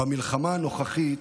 במלחמה הנוכחית,